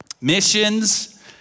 Missions